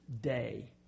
day